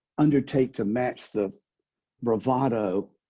undertake to match the bravado